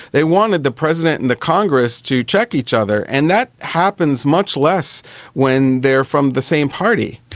they wanted the president and the congress to check each other, and that happens much less when they are from the same party.